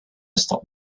stop